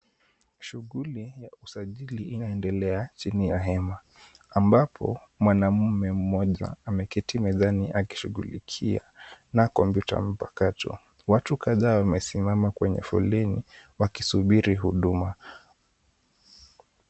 Shughuli ya usajili inaendelea chini ya hema ambapo mwanaume mmoja ameketi mezani akishughulikia na kompyuta ya mpakato. Watu kadhaa wamesimama kwenye foleni wakisubiri huduma.